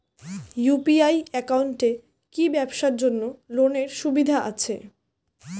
UPI একাউন্টে কি ব্যবসার জন্য লোনের সুবিধা আছে?